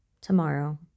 tomorrow